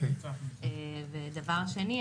ודבר שני,